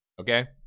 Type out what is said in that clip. Okay